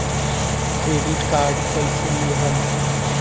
Credit card कईसे लेहम?